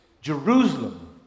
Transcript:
Jerusalem